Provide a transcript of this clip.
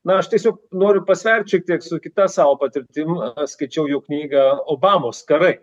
na aš tiesiog noriu pasvert šiek tiek su kita savo patirtim aš skaičiau jo knygą obamos karai